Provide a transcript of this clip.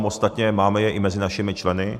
Ostatně máme je i mezi našimi členy.